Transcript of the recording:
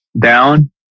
down